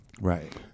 Right